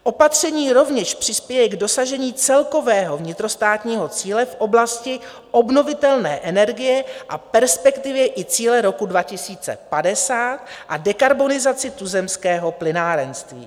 Opatření rovněž přispěje k dosažení celkového vnitrostátního cíle v oblasti obnovitelné energie a v perspektivě i cíle roku 2050 a dekarbonizaci tuzemského plynárenství.